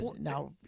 Now